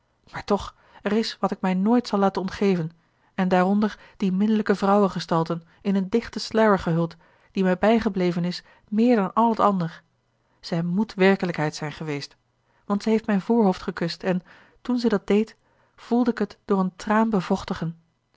maar toch er is wat ik mij nooit zal laten ontgeven en daaronder die beminnelijke vrouwengestalte in een dichten sluier gehuld die mij bijgebleven is meer dan al het ander zij moet werkelijkheid zijn geweest want zij heeft mijn voorhoofd gekust en toen zij dat deed voelde ik het door een traan